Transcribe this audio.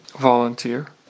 volunteer